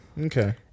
Okay